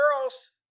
girls